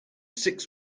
six